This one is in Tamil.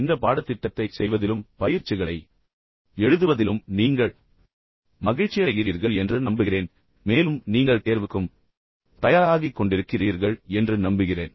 இந்த பாடத்திட்டத்தைச் செய்வதிலும் பயிற்சிகளை எழுதுவதிலும் நீங்கள் மகிழ்ச்சியடைகிறீர்கள் என்று நம்புகிறேன் மேலும் நீங்கள் தேர்வுக்கும் தயாராகிக் கொண்டிருக்கிறீர்கள் என்று நம்புகிறேன்